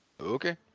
Okay